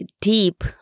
deep